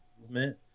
movement